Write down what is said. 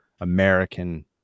American